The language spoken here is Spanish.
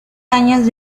años